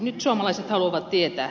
nyt suomalaiset haluavat tietää